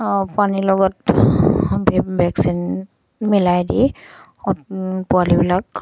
পানীৰ লগত ভেকচিন মিলাই দি পোৱালিবিলাক